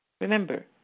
Remember